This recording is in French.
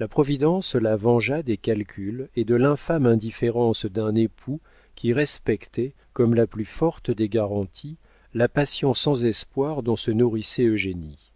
la providence la vengea des calculs et de l'infâme indifférence d'un époux qui respectait comme la plus forte des garanties la passion sans espoir dont se nourrissait eugénie